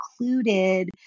included